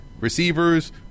receivers